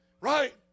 Right